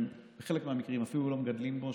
שבחלק מהמקרים הם אפילו לא מגדלים בו,